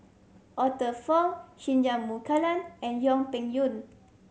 Arthur Fong Singai Mukilan and Yang Peng Yuan